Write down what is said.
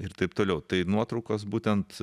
ir taip toliau tai nuotraukos būtent